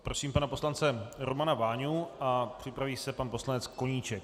Prosím pana poslance Romana Váňu a připraví se pan poslanec Koníček.